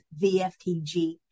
VFTG